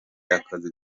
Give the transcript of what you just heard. akazi